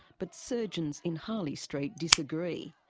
but surgeons in harley street disagree.